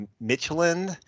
Michelin